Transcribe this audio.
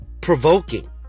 Provoking